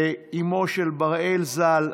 אימו של בראל ז"ל,